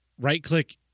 right-click